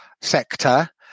sector